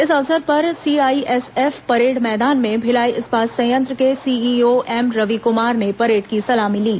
इस अवसर पर सीआईएसएफ परेड मैदान में भिलाई इस्पात संयंत्र के सीईओ एम रवि कुमार ने परेड की सलामी ली